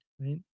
right